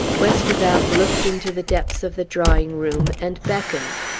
westervelt looked into the depths of the drawing-room, and beckoned.